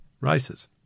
races